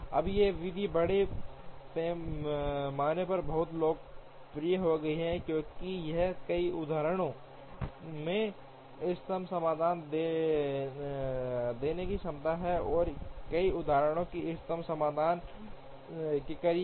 अब यह विधि बड़े पैमाने पर बहुत लोकप्रिय हो गई क्योंकि यह कई उदाहरणों में इष्टतम समाधान देने की क्षमता है और कई उदाहरणों में इष्टतम समाधानों के करीब है